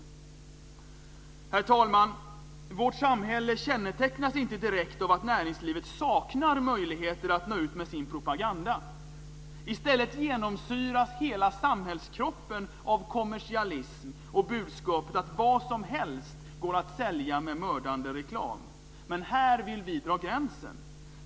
Herr talman! Vårt samhälle kännetecknas inte direkt av att näringslivet saknar möjligheter att nå ut med sin propaganda. I stället genomsyras hela samhällskroppen av kommersialism och budskapet att vad som helst går att sälja med mördande reklam. Men här vill vi dra gränsen.